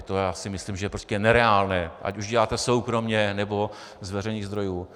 To si myslím, že je prostě nereálné, ať už děláte soukromě, nebo z veřejných zdrojů.